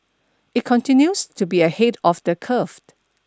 it continues to be ahead of the curve